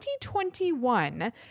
2021